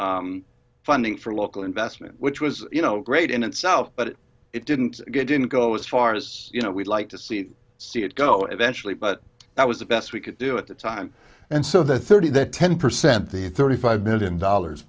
percent funding for local investment which was you know great in itself but it didn't get didn't go as far as you know we'd like to see see it go eventually but that was the best we could do at the time and so the thirty the ten percent the thirty five billion dollars